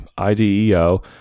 ideo